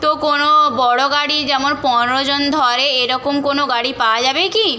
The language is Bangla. তো কোনো বড় গাড়ি যেমন পনেরো জন ধরে এরকম কোনো গাড়ি পাওয়া যাবে কি